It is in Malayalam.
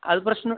അത് പ്രശ്നം